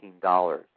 $15